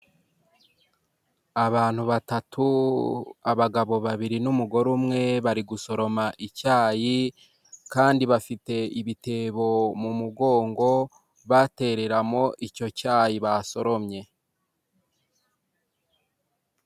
Abantu batatu, abagabo babiri n'umugore umwe bari gusoroma icyayi kandi bafite ibitebo mu mugongo batereramo icyo cyayi basoromye.